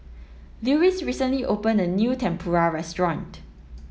Lewis recently opened a new Tempura restaurant